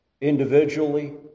individually